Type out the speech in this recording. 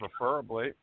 preferably